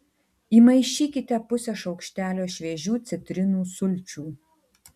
įmaišykite pusę šaukštelio šviežių citrinų sulčių